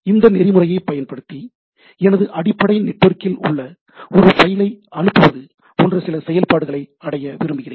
இந்த நெறிமுறையைப் பயன்படுத்தி எனது அடிப்படை நெட்வொர்க்கில் உள்ள ஒரு ஃபைலை அனுப்புவது போன்ற சில செயல்பாடுகளை அடைய விரும்புகிறேன்